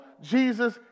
Jesus